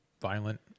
Violent